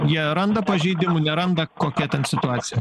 jie randa pažeidimų neranda kokia ten situacija